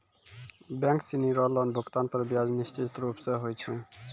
bank सिनी रो loan भुगतान पर ब्याज निश्चित रूप स होय छै